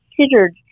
considered